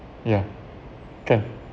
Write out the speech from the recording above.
yeah can